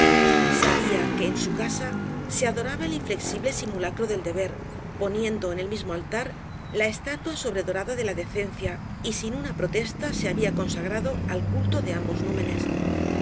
sabía que en su casa se adoraba el inflexible simulacro del deber poniendo en el mismo altar la estatua sobredorada de la decencia y sin una protesta se había consagrado al culto de ambos númenes